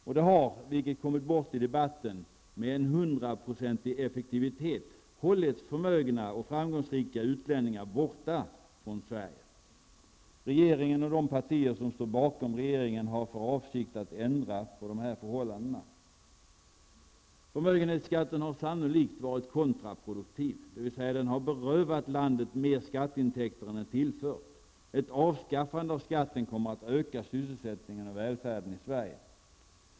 Och det har, vilket har kommit bort i debatten, med en hundraprocentig effektivitet hållit förmögna och framgångsrika utlänningar borta från Sverige. Regeringen och de partier som står bakom regeringen har för avsikt att ändra på dessa förhållanden. Förmögenhetsskatten har sannolikt varit kontraproduktiv -- dvs. den har berövat landet mer skatteintäkter än den tillfört. Ett avskaffande av skatten kommer att öka sysselsättningen och välfärden i Sverige.